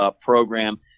program